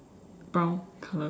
brown colour